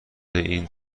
این